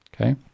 Okay